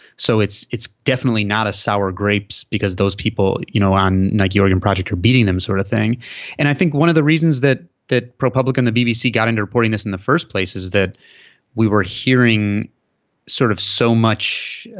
so it's it's definitely not a sour grapes because those people you know on nike oregon project are beating them sort of thing and i think one of the reasons that that propublica the bbc got into reporting this in the first place is that we were hearing sort of so much